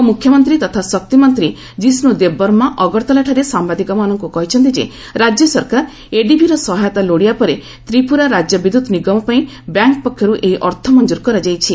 ଉପମୁଖ୍ୟମନ୍ତ୍ରୀ ତଥା ଶକ୍ତିମନ୍ତ୍ରୀ କିଷ୍ଣୁ ଦେବବର୍ମା ଅଗରତାଲାଠାରେ ସାମ୍ବାଦିକମାନଙ୍କୁ କହିଛନ୍ତି ଯେ ରାଜ୍ୟ ସରକାର ଏଡିବିର ସହାୟତା ଲୋଡ଼ିବା ପରେ ତ୍ରିପୁରା ରାଜ୍ୟ ବିଦ୍ୟୁତ୍ ନିଗମ ପାଇଁ ବ୍ୟାଙ୍କ୍ ପକ୍ଷରୁ ଏହି ଅର୍ଥ ମଞ୍ଜୁର କରାଯାଇଛି